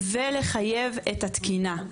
ולחייב את התקינה,